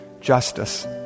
justice